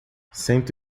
cento